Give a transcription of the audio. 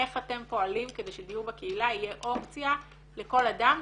איך אתם פועלים כדי שדיור בקהילה יהיה אופציה לכל אדם.